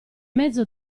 mezzo